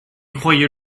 croyez